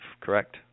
correct